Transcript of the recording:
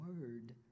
word